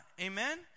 Amen